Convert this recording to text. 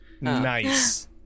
Nice